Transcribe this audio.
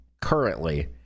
currently